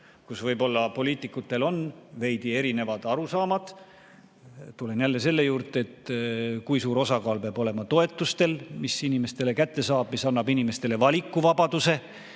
kus võib-olla poliitikutel on veidi erinevad arusaamad. Tulen jälle selle juurde, kui suur osakaal peab olema toetustel, mis inimesed kätte saavad ja mis annavad inimestele valikuvabaduse,